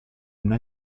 una